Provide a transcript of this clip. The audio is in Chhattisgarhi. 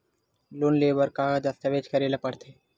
लोन ले बर का का दस्तावेज करेला पड़थे?